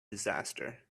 disaster